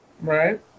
Right